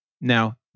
Now